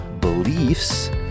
beliefs